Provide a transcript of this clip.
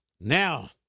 Now